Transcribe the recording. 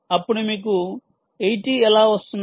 అప్పుడు మీకు 80 ఎలా వస్తుంది